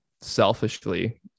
selfishly